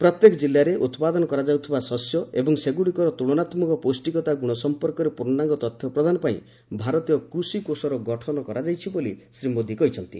ପ୍ରତ୍ୟେକ ଜିଲ୍ଲାରେ ଉତ୍ପାଦନ କରାଯାଉଥିବା ଶସ୍ୟ ଏବଂ ସେଗ୍ରଡ଼ିକର ତୁଳନାତ୍ମକ ପ୍ରୌଷ୍ଟିକତା ଗୁଣ ସମ୍ପର୍କରେ ପ୍ରର୍ଷାଙ୍ଗ ତଥ୍ୟ ପ୍ରଦାନ ପାଇଁ ଭାରତୀୟ କୃଷି କୋଷର ଗଠନ କରାଯାଇଛି ବୋଲି ଶ୍ରୀ ମୋଦି କହିଛନ୍ତି